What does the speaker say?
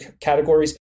categories